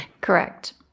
Correct